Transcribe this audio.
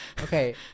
Okay